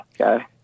okay